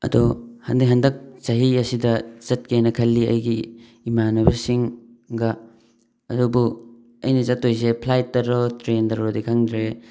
ꯑꯗꯣ ꯍꯟꯗꯛ ꯆꯍꯤ ꯑꯁꯤꯗ ꯆꯠꯀꯦꯅ ꯈꯜꯂꯤ ꯑꯩꯒꯤ ꯏꯃꯥꯅꯕꯁꯤꯡꯒ ꯑꯗꯨꯕꯨ ꯑꯩꯅ ꯆꯠꯇꯣꯏꯁꯦ ꯐ꯭ꯂꯥꯏꯠꯇꯔꯥ ꯇ꯭ꯔꯦꯟꯗꯔꯗꯤ ꯈꯪꯗ꯭ꯔꯦ